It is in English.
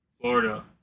Florida